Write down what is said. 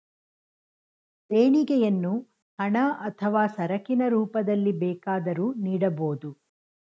ದೇಣಿಗೆಯನ್ನು ಹಣ ಅಥವಾ ಸರಕಿನ ರೂಪದಲ್ಲಿ ಬೇಕಾದರೂ ನೀಡಬೋದು